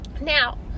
Now